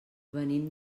venim